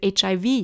hiv